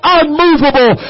unmovable